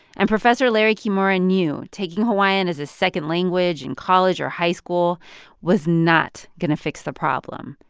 and professor larry kimura knew taking hawaiian as a second language in college or high school was not going to fix the problem.